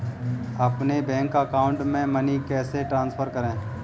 अपने bank account से money कैसे ट्रांसफर करें?